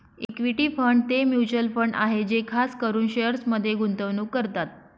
equity fund ते mutual fund आहे जे खास करून शेअर्समध्ये गुंतवणूक करतात